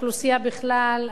באוכלוסייה בכלל,